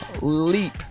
Leap